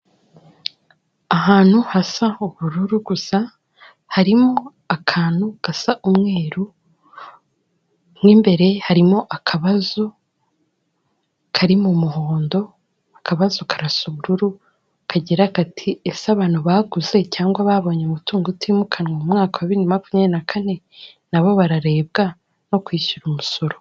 Ahantu hasa ubururu gusa, harimo akantu gasa umweru, mo imbere harimo akabazo kari mu muhondo, akabazo karasa ubururu, kagira kati ''Ese abantu baguze cyangwa babonye umutungo utimukanwa mu mwaka wa bibiri na makumyabiri na kane, nabo bararebwa no kwishyura umusoro?''